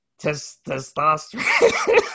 Testosterone